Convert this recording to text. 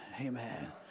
amen